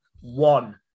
one